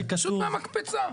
פשוט מהמקפצה.